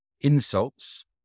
insults